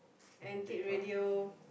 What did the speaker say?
antique radio